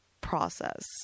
process